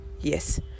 yes